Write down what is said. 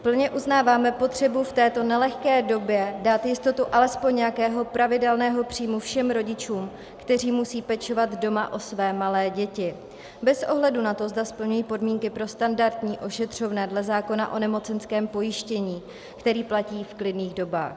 Plně uznáváme potřebu v této nelehké době dát jistotu alespoň nějakého pravidelného příjmu všem rodičům, kteří musí pečovat doma o své malé děti, bez ohledu na to, zda splňují podmínky pro standardní ošetřovné dle zákona o nemocenském pojištění, který platí v klidných dobách.